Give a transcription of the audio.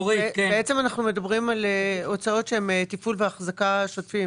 בעצם אנחנו מדברים על הוצאות שהן טיפול ואחזקה שוטפים